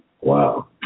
Wow